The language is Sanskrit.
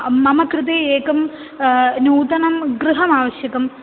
मम कृते एकं नूतनं गृहमावश्यकम्